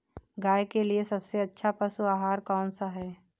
गाय के लिए सबसे अच्छा पशु आहार कौन सा है?